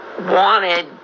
Wanted